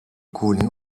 cooling